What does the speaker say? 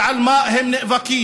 ועל מה הם נאבקים?